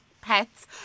pets